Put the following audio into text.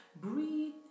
Breathe